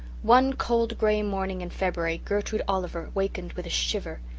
one cold grey morning in february gertrude oliver wakened with a shiver,